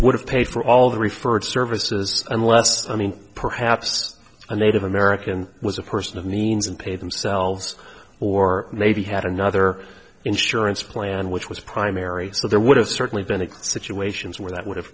would have paid for all the referred services unless i mean perhaps a native american was a person of means and pay themselves or maybe had another insurance plan which was primary so there would have certainly been a situations where that would have